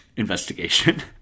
Investigation